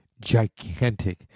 gigantic